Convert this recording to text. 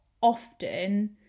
often